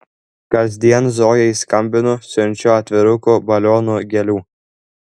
kasdien zojai skambinu siunčiu atvirukų balionų gėlių